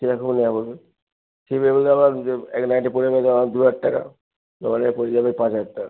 কীরম রুম নেবেন বলুন সিঙ্গেল বেডে আপনার এক নাইটে পড়ে যাবে ধরুন দু হাজার টাকা ডবল বেডে পড়ে যাবে পাঁচ হাজার টাকা